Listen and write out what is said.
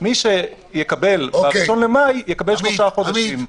מי שיקבל ב-1 במאי, יקבל שלושה חודשים.